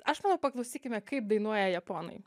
aš manau paklausykime kaip dainuoja japonai